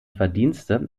verdienste